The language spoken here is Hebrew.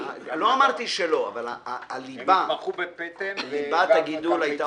לא אמרתי שלא, אבל הליבה, ליבת הגידול היתה.